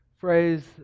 phrase